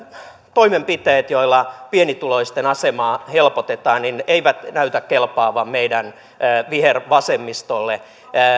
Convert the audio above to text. toimenpiteet joilla pienituloisten asemaa helpotetaan eivät kelpaa meidän vihervasemmistolle